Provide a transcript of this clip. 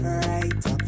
right